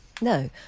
No